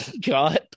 God